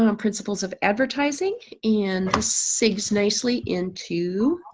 um principles of advertising and this saves nicely into